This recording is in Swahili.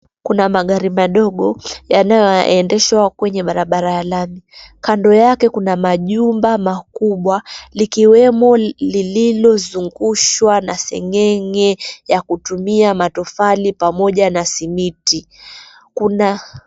Kuna magari madogo yanayoendeshwa kwenye barabara ya lami kando yake kuna majumba makubwa likiwemo lililozungushwa na seng'enge ya kutumia matofali pamoja na simiti.